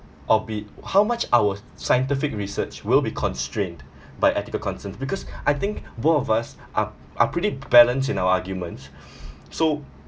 albeit how much our scientific research will be constrained by ethical concerns because I think both of us are are pretty balance in our arguments so